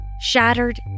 shattered